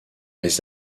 les